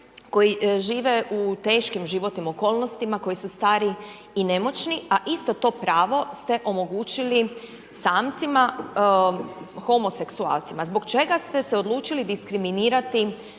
koji žive u teškim životnim okolnostima koji su stari nemoćni, a isto to pravo ste omogućili samcima homoseksualcima? Zbog čega ste se odlučili diskriminirati